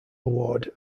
award